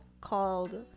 called